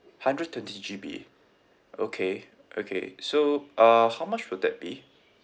hundred twenty G_B okay okay so uh how much would that be